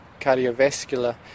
cardiovascular